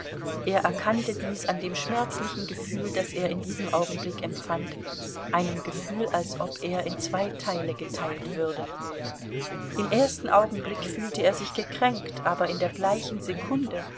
er erkannte dies an dem schmerzlichen gefühl das er in diesem augenblick empfand einem gefühl als ob er in zwei teile geteilt würde im ersten augenblick fühlte er sich gekränkt aber in der gleichen sekunde